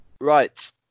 right